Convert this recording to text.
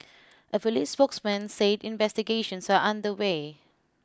a police spokesman say investigations are under way